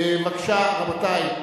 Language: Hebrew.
רבותי,